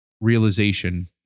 realization